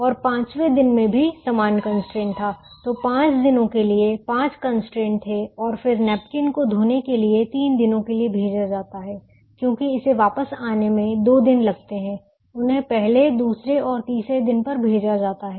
और पांचवें दिन में भी समान कंस्ट्रेंट था तो 5 दिनों के लिए 5 कंस्ट्रेंट थे और फिर नैपकिन को धोने के लिए 3 दिनों के लिए भेजा जाता है क्योंकि इसे वापस आने में 2 दिन लगते हैं उन्हें पहले दूसरे और तीसरे दिन पर भेजा जाता है